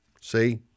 See